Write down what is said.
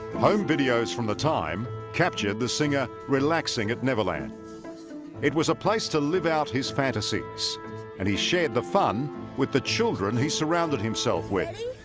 home videos from the time captured the singer relaxing at neverland it was a place to live out his fantasies and he shared the fun with the children. he surrounded himself with